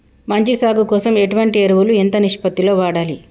మంచి సాగు కోసం ఎటువంటి ఎరువులు ఎంత నిష్పత్తి లో వాడాలి?